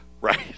right